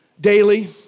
daily